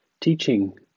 teaching